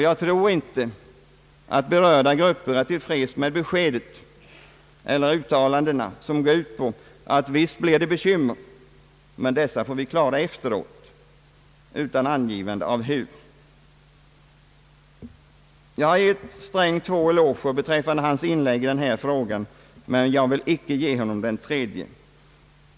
Jag tror inte att berörda grupper är till freds med beskedet eller med uttalanden som går ut på att visst blir det bekymmer, men dessa får vi klara efteråt. Detta säger man utan att ange hur det skall ske. Jag har gett herr Sträng två eloger beträffande hans inlägg i den här frågan men jag vill inte ge honom en tredje.